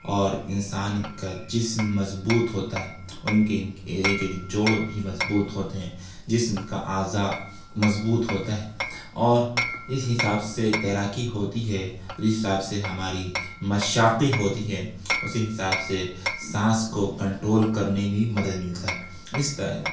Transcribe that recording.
اور انسان کا جسم مضبوط ہوتا ہے ان کے ایک ایک جوڑ بھی مضبوط ہوتے ہیں جسم کا اعضاء مضبوط ہوتے ہیں اور اس حساب سے تیراکی ہوتی ہے جس حساب سے ہماری مشاقی ہوتی ہے اسی حساب سے سانس کو کنٹرول کرنے میں بھی مدد ملتا ہے اس طرح